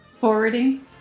Forwarding